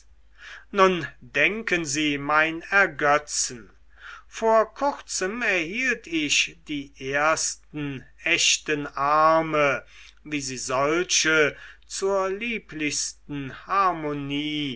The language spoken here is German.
nun denken sie mein ergötzen vor kurzem erhielt ich die ersten echten arme wie sie solche zur lieblichsten harmonie